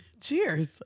Cheers